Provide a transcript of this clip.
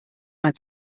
man